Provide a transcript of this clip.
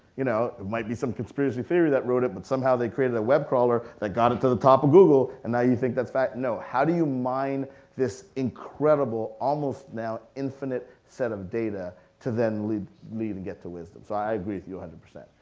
you know it might be some conspiracy theory that wrote it, but somehow they created a web crawler that got it to the top of google and now you think that's fact. no, how do you mine this incredible almost now infinite set of data to then lead lead and get to wisdom? so i agree with you a hundred percent.